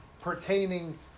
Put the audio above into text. pertaining